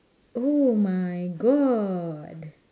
oh my god